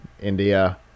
india